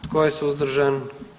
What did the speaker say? Tko je suzdržan?